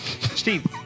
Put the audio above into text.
Steve